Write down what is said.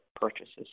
purchases